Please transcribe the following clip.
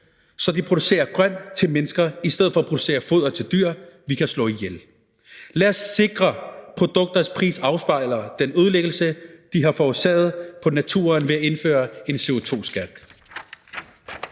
så de producerer grønt til mennesker i stedet for at producere foder til dyr, vi kan slå ihjel. Lad os sikre, at produkters pris afspejler den ødelæggelse, de har forårsaget på naturen, ved at indføre en CO2-skat.